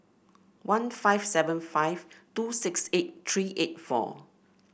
one five seven five two six eight three eight four